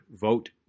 Vote